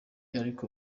ariko